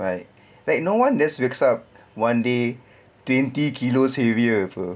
like like no one just wakes up one day twenty kilo heavier [pe]